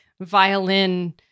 violin